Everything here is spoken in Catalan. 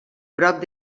prop